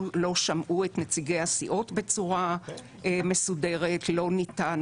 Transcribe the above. לא שמעו את נציגי הסיעות בצורה מסודרת, לא ניתנה